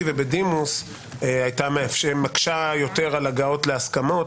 ובדימוס הייתה מקשה יותר על הגעה להסכמות.